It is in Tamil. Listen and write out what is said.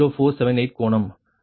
0478 கோணம் 222